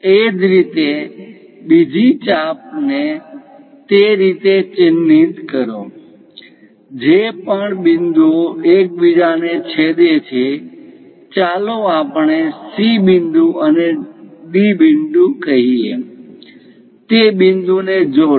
એ જ રીતે બીજી ચાપ ને તે રીતે ચિહ્નિત કરો જે પણ બિંદુઓ એકબીજાને છેદે છે ચાલો આપણે C બિંદુ અને D બિંદુ કહીએ તે બિંદુ ને જોડો